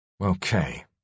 Okay